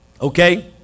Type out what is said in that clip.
okay